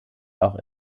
auch